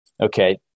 okay